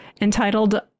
entitled